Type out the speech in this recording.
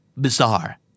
bizarre